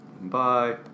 bye